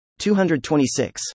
226